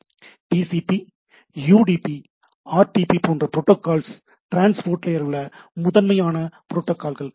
D C P U D P R T P போன்ற protocols transport லேயரில் உள்ள முதன்மையான ப்ரோட்டோகால்ஸ் ஆகும்